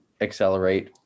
accelerate